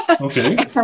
Okay